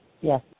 Yes